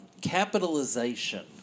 capitalization